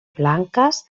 blanques